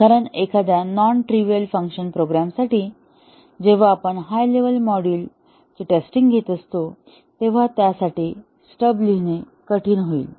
कारण एखाद्या non trivial function program साठी जेव्हा आपण हाय लेव्हल वरील मॉड्यूल्सची टेस्टिंग घेत असतो तेव्हा त्यासाठी स्टब्स लिहिणे कठीण होईल